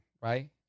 right